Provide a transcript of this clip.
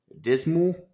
dismal